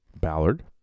Ballard